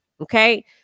Okay